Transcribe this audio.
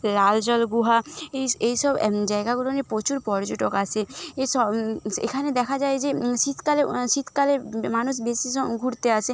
লালজল গুহা এই এই সব জায়গাগুলো নিয়ে প্রচুর পর্যটক আসে এ সব এখানে দেখা যায় যে শীতকালে শীতকালে মানুষ বেশি জন ঘুরতে আসে